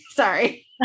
Sorry